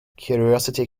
curiosity